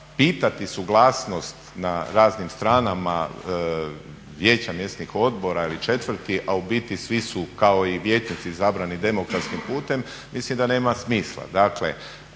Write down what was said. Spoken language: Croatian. pitati suglasnost na raznim stranama vijeća mjesnih odbora ili četvrti, a u biti svi su kao i vijećnici izabrani demokratskim putem, mislim da nema smisla.